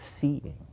Seeing